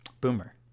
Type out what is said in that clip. Boomer